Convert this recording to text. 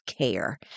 care